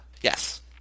Yes